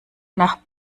nach